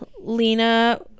Lena